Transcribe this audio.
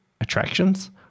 attractions